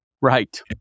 Right